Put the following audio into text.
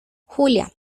julia